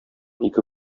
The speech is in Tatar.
ике